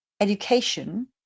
education